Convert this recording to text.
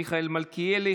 מיכאל מלכיאלי,